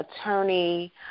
attorney